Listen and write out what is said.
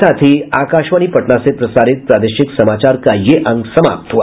इसके साथ ही आकाशवाणी पटना से प्रसारित प्रादेशिक समाचार का ये अंक समाप्त हुआ